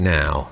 now